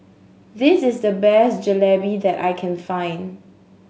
this is the best Jalebi that I can find